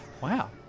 Wow